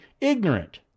ignorant